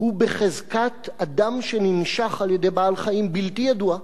הוא בחזקת אדם שננשך על-ידי בעל-חיים בלתי ידוע,